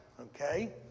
okay